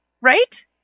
right